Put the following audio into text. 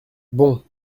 bon